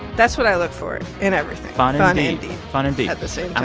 that's what i look for in everything fun fun and deep. fun and deep,